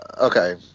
Okay